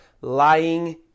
lying